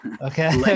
Okay